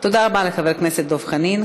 תודה רבה לחבר הכנסת דב חנין.